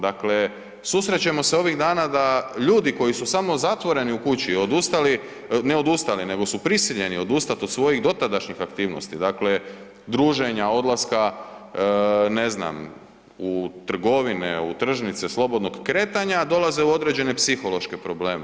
Dakle, susrećemo se ovih dana da ljudi koji su samo zatvoreni u kući odustali, ne odustali nego su prisiljeni odustat od svojih dotadašnjih aktivnosti, dakle druženja, odlaska, ne znam, u trgovine, u tržnice, slobodnog kretanja, a dolaze u određene psihološke probleme.